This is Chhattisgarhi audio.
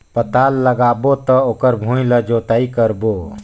पातल लगाबो त ओकर भुईं ला जोतई करबो?